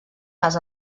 les